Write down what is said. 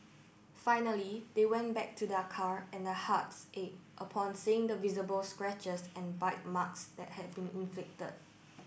finally they went back to their car and their hearts ached upon seeing the visible scratches and bite marks that had been inflicted